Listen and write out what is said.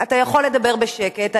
אתה יכול לדבר בשקט.